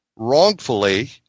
Wrongfully